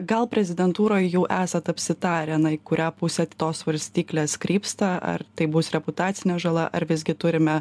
gal prezidentūroje jau esat apsitarę na į kurią pusę tos svarstyklės krypsta ar tai bus reputacinė žala ar visgi turime